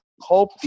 hope